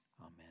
Amen